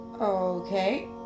Okay